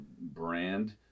brand